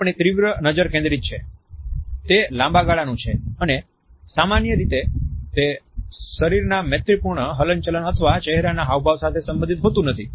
આપણી તીવ્ર નજર કેન્દ્રિત છે તે લાંબા ગાળાનું છે અને સામન્ય રીતે તે શરીરના મૈત્રીપૂર્ણ હલનચલન અથવા ચહેરાના હાવભાવ સાથે સંબંધિત હોતું નથી